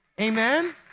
Amen